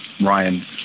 Ryan